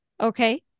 Okay